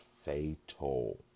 Fatal